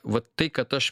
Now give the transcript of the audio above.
vat tai kad aš